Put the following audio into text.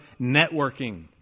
networking